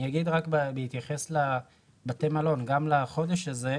בהתייחס לבתי מלון גם לחודש הזה,